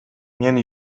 мен